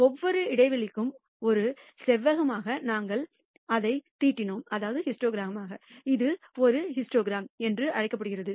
ஒவ்வொரு இடைவெளிக்கும் ஒரு செவ்வகமாக நாங்கள் அதைத் தீட்டினோம் இது ஒரு ஹிஸ்டோகிரம் என்று அழைக்கப்படுகிறது